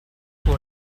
for